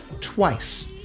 twice